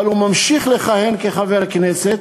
אבל הוא ממשיך לכהן כחבר כנסת,